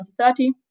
2030